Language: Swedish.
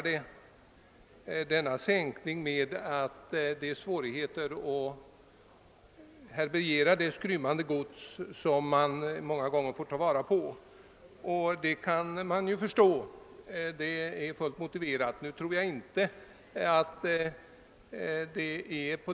Jag vill göra en annan liten kommentar.